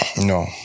No